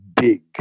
big